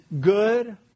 good